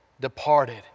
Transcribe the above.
departed